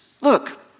look